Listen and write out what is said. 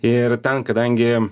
ir ten kadangi